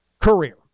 career